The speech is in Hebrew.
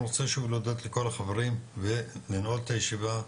אני רוצה שוב להודות לכל החברים ולנעול את הישיבה,